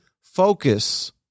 focus